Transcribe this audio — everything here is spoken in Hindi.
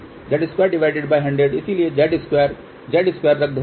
Z2100 इसलिए Z2 Z2 रद्द होगें